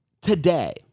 today